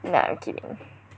nah kidding